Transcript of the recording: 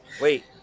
Wait